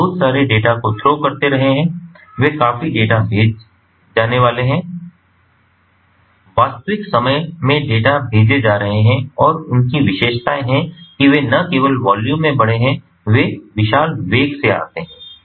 वे बहुत सारे डेटा को थ्रो करते रहे हैं ये काफी डेटा भेजे जाने वाले हैं वास्तविक समय में डेटा भेजे जा रहे हैं और उनकी विशेषताएं हैं कि वे न केवल वॉल्यूम में बड़े हैं वे विशाल वेग से आते है